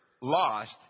lost